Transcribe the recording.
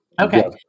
Okay